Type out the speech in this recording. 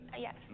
Yes